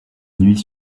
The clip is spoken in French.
nuit